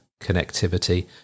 connectivity